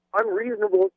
unreasonable